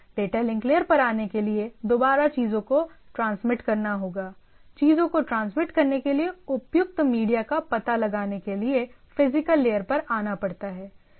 data link layer पर आने के लिए दोबारा चीजों को ट्रांसमिट करना होगा चीजों को ट्रांसमिट करने के लिए उपयुक्त मीडिया का पता लगाने के लिए फिजिकल लेयर पर आना पड़ता है